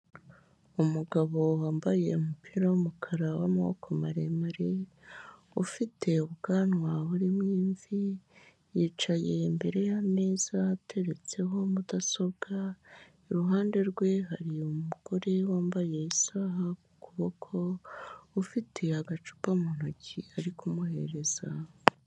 Umugabo wambaye umupira w'umukara w'amaboko maremare, ufite ubwanwa burimo imvi, yicaye imbere y'ameza ateretseho mudasobwa, iruhande rwe hari umugore wambaye isaha ku kuboko, ufite agacupa mu ntoki ari kumuhereza.